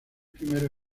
primeros